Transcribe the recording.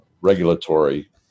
regulatory